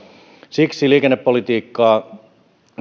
siksi liikennepolitiikkaa ja